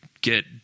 get